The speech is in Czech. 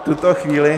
V tuto chvíli...